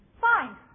Fine